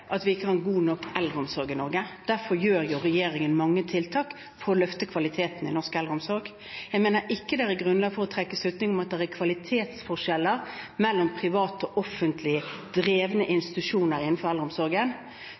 at vi ikke har en god nok eldreomsorg i Norge. Derfor har regjeringen mange tiltak for å løfte kvaliteten i norsk eldreomsorg. Jeg mener det ikke er grunnlag for å trekke slutning om at det er kvalitetsforskjeller mellom privat og offentlig drevne institusjoner innenfor eldreomsorgen.